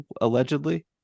allegedly